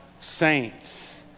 saints